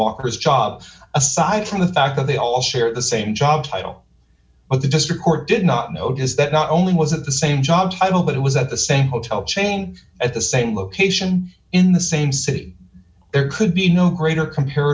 walker's job aside from the fact that they all share the same job title of the district court did not know is that not only was it the same job title but it was at the same hotel chain at the same location in the same sit there could be no greater compar